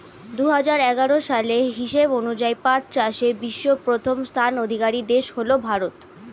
দুহাজার এগারো সালের হিসাব অনুযায়ী পাট চাষে বিশ্বে প্রথম স্থানাধিকারী দেশ হল ভারত